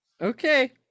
Okay